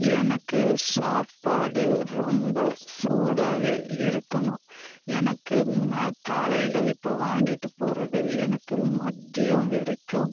எனக்கு சாப்பாடு ரொம்ப சூடாகவே இருக்கணும் எனக்கு நான் காலையில் இப்போ வாங்கிட்டுப்போகிறது எனக்கு மதியம் வரிக்கும்